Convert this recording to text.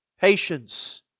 patience